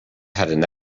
had